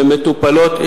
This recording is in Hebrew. והן מטופלות,